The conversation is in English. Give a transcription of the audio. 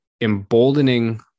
emboldening